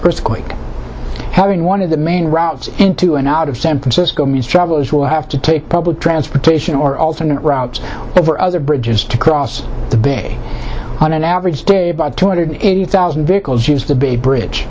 earthquake having one of the main routes into and out of san francisco means travelers will have to take public transportation or alternate routes over other bridges to cross the big one on average two hundred eighty thousand vehicles use the bay bridge